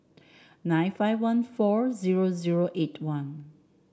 nine five one four zero zero eight one